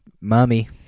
mummy